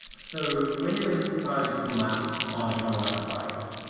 so when you're inside google maps on a chrome os device,